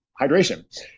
Hydration